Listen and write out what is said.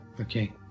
okay